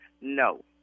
no